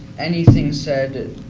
anything said